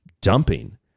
dumping